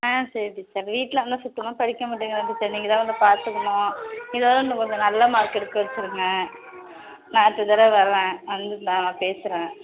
ஆ சரி டீச்சர் வீட்டில் வந்தால் சுத்தமாக படிக்கமாட்டேங்கிறான் டீச்சர் நீங்கள் தான் வந்து பார்த்துக்கணும் இதை விட இன்னும் கொஞ்சம் நல்ல மார்க்கு எடுக்க வச்சிடுங்க நான் அடுத்த தடவை வர்றேன் நான் வந்து நான் பேசுகிறேன்